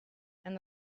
and